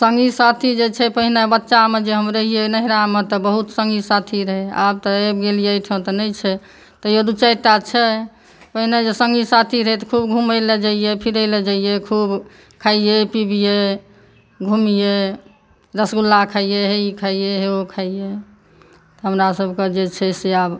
सङ्गी साथी जे छै पहिने बच्चामे जे हम रहियै नहिरामे तऽ बहुत सङ्गी साथी रहै आब तऽ आबि गेलियै एहिठाम तऽ नहि छै तैयो दू चारिटा छै पहिने जे सङ्गी साथी रहै तऽ खूब घूमै लए जइये फिरय लऽ जइये खूब खाइये पीबियै घूमियै रसगुल्ला खइये ई खइये ओ खइये हमरासभके जे छै से आब